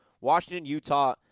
Washington-Utah –